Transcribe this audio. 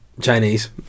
Chinese